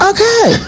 Okay